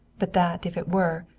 but that, if it were,